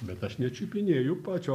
bet aš ne čiupinėju pačio